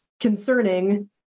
concerning